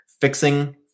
fixing